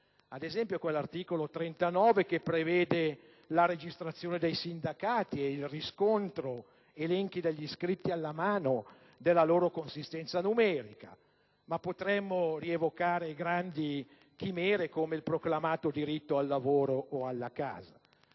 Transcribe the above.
ad esempio, all'articolo 39, che prevede la registrazione dei sindacati e il riscontro, elenchi degli iscritti alla mano, della loro consistenza numerica; ma potremmo rievocare grandi chimere come il proclamato diritto al lavoro o alla casa.